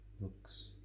Looks